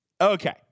Okay